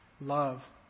love